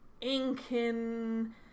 Incan